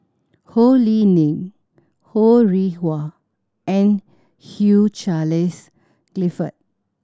Ho Lee Ling Ho Rih Hwa and Hugh Charles Clifford